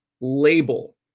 label